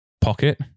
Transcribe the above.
pocket